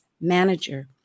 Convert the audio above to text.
Manager